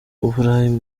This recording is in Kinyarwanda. uburayi